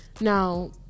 now